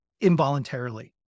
involuntarily